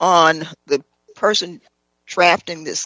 on the person trapped in this